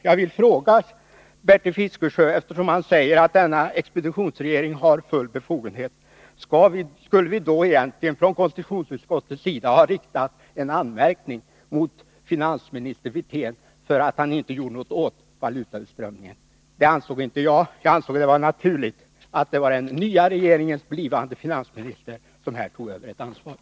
Jag vill fråga Bertil Fiskesjö, eftersom han säger att denna expeditionsregering hade full befogenhet: Skulle vi egentligen från konstitutionsutskottets sida ha riktat en anmärkning mot finansminister Wirtén för att han inte gjorde någonting åt valutautströmningen? Det ansåg inte jag, utan jag ansåg det vara naturligt att det var den nya regeringens blivande finansminister som tog över ansvaret.